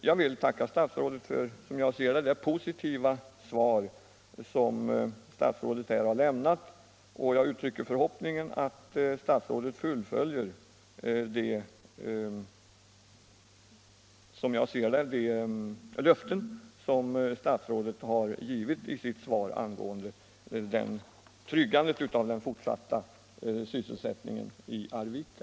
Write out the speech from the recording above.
Jag vill tacka statsrådet för det, som jag ser det, positiva svar som statsrådet här har lämnat, och jag uttrycker förhoppningen att statsrådet infriar de löften som statsrådet givit i sitt svar angående tryggandet av den fortsatta sysselsättningen i Arvika.